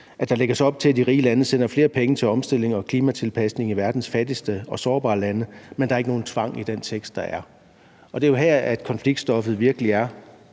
at der lægges op til, at de rige lande sender flere penge til omstilling og klimatilpasning i verdens fattigste og mest sårbare lande. Men der er ikke nogen tvang i den tekst, der er, og det er jo virkelig her, konfliktstoffet er, især